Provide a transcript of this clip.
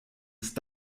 ist